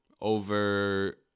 over